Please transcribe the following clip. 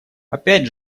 опять